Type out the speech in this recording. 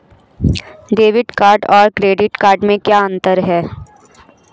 Debit card और credit card में क्या अंतर है?